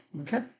Okay